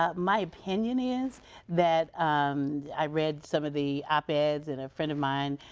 um my opinion is that i read some of the op-eds, and a friend of mine,